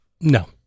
no